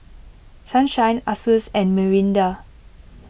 Sunshine Asus and Mirinda